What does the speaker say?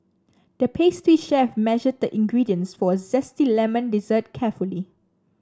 the pastry chef measured the ingredients for a zesty lemon dessert carefully